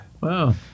Wow